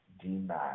denied